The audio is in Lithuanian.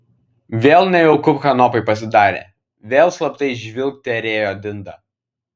vėl nejauku kanopai pasidarė vėl slaptai žvilgterėjo dindą